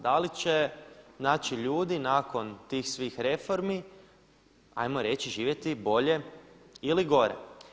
Da li će znači ljudi nakon tih svih reformi 'ajmo reći živjeti bolje ili gore.